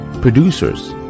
producers